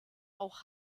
auch